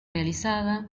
realizada